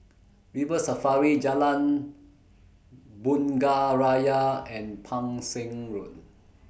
River Safari Jalan Bunga Raya and Pang Seng Road